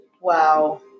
Wow